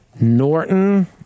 Norton